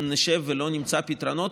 נשב ולא נמצא פתרונות.